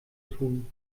tun